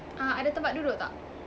ah ada tempat duduk tak